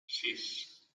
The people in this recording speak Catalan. sis